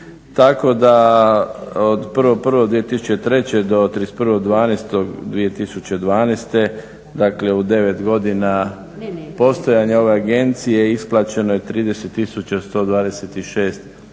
Tako da od 1. 1. 2003. do 31. 12. 2012. dakle u 9 godina postojanja ove agencije isplaćeno je 30 tisuća